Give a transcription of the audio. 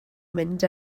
mynd